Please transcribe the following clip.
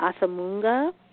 Asamunga